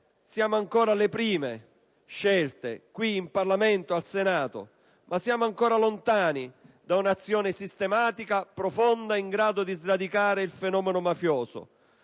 Siamo ancora alle prime scelte, qui in Parlamento, al Senato; siamo ancora lontani da un'azione sistematica, profonda, in grado di sradicare il fenomeno mafioso.